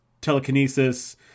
telekinesis